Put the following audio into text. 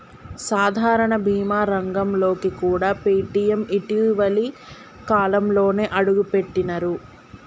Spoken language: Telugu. సాధారణ బీమా రంగంలోకి కూడా పేటీఎం ఇటీవలి కాలంలోనే అడుగుపెట్టినరు